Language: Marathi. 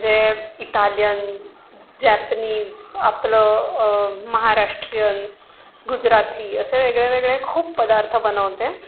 मंजे इटालियन जॅपनीज आपलं महाराष्ट्रीयन गुजराती असे वेगळेवेगळे खूप पदार्थ बनवते